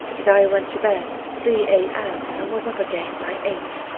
as i went to bed at three a m. and was up again by eight.